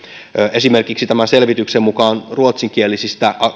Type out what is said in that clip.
esimerkiksi tämän selvityksen mukaan ruotsinkielisistä